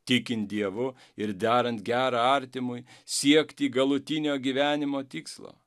tikint dievu ir darant gera artimui siekti galutinio gyvenimo tikslo